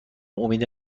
امید